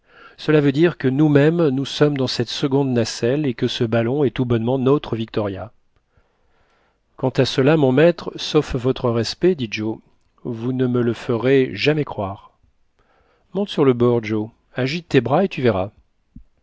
cela veut dire que nous-mêmes nous sommes dans cette seconde nacelle et que ce ballon est tout bonnement notre victoria quant à cela mon maître sauf votre respect dit joe vous ne me le ferez jamais croire monte sur le bord joe agite tes bras et tu verras